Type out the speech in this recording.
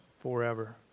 forever